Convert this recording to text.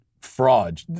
fraud